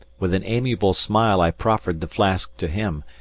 with an amiable smile i proffered the flask to him,